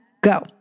go